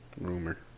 rumor